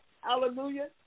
hallelujah